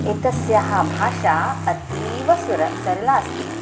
एतस्याः भाषा अतीव सरला सरला अस्ति